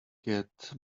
get